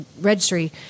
Registry